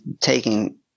taking